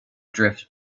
drift